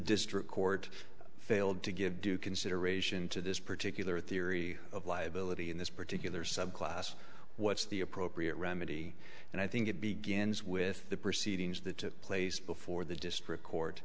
district court failed to give due consideration to this particular theory of liability in this particular subclass what's the appropriate remedy and i think it begins with the proceedings that took place before the district court